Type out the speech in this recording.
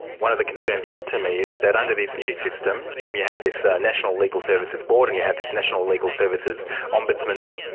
one of the concerns put to me is that under this new system you have this ah national legal services board and you have this national legal services ombudsman,